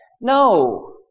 No